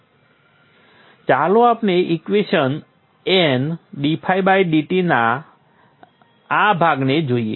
ચાલો આપણે equation N ddt ના આ ભાગને જોઇએ